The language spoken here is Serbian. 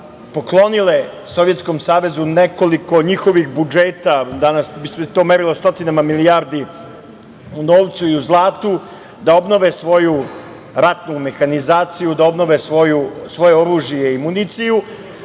poklonile Sovjetskom Savezu nekoliko njihovih budžeta, danas bi se to merilo stotinama milijardi u novcu i u zlatu, da obnove svoju ratnu mehanizaciju, da obnove svoje oružje i municiju,